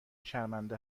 شرمنده